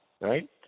right